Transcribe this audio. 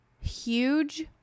huge